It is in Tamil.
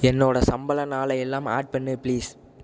என்னோடய சம்பள நாளை எல்லாம் ஆட் பண்ணு ப்ளீஸ்